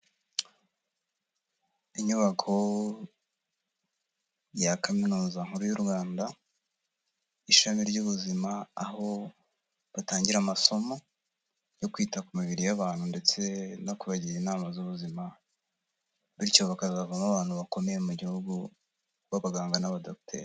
Inyubako ya kaminuza nkuru y'u Rwanda ishami ry'ubuzima, aho batangira amasomo yo kwita ku mibiri y'abantu ndetse no kubagira inama z'ubuzima, bityo bakazavamo abantu bakomeye mu gihugu b'abaganga n'abadogiteri.